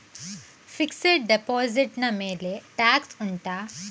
fixed deposit ನ ಮೇಲೆ tax ಉಂಟಾ